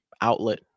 outlet